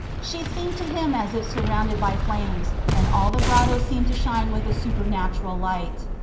she seemed to him as if surrounded by flames, and all the grotto seemed to shine with a super natural light.